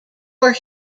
were